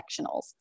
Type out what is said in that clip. sectionals